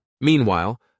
Meanwhile